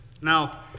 Now